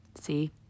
See